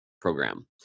program